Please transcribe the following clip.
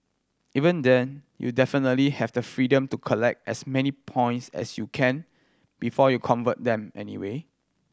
even then you definitely have the freedom to collect as many points as you can before you convert them anyway